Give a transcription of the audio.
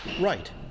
right